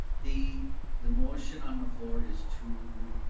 the the motion on the floor is to,